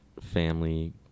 family